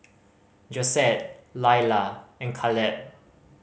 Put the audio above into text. Josette Lailah and Kaleb